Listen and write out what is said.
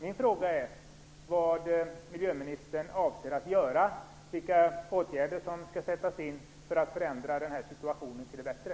Min fråga är vad miljöministern avser att göra och vilka åtgärder som skall vidtas för att förändra den här situationen till det bättre.